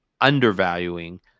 undervaluing